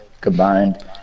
combined